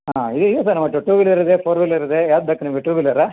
ಹಾಂ ಇದೆ ಇದೆ ಸರ್ ನಮ್ಮತ್ರ ಟು ವೀಲರ್ ಇದೆ ಫೋರ್ ವಿಲ್ಲರ್ ಇದೆ ಯಾವ್ದು ಬೇಕು ನಿಮಗೆ ಟು ವೀಲರಾ